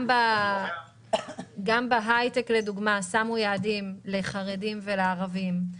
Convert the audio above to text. גם בהייטק, לדוגמה, קבעו יעדים לחרדים ולערבים.